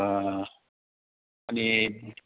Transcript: अनि